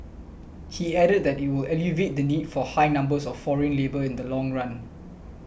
he added that it will alleviate the need for high numbers of foreign labour in the long run